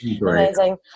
amazing